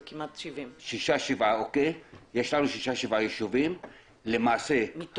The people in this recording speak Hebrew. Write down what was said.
זה כמעט 70. יש לנו שישה-שבעה יישובים --- מתוך